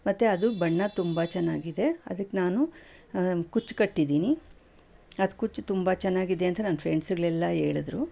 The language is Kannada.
ಮತ್ತೆ ಅದು ಬಣ್ಣ ತುಂಬ ಚೆನ್ನಾಗಿದೆ ಅದಕ್ಕೆ ನಾನು ಕುಚ್ಚು ಕಟ್ಟಿದ್ದೀನಿ ಅದು ಕುಚ್ಚು ತುಂಬ ಚೆನ್ನಾಗಿದೆ ಅಂತ ನನ್ನ ಫ್ರೆಂಡ್ಸುಗಳೆಲ್ಲ ಹೇಳಿದ್ರು